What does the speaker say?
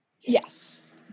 Yes